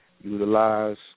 utilize